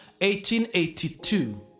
1882